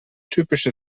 typische